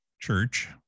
church